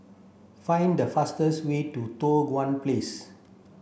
find the fastest way to Tua Kong Place